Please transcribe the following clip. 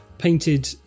painted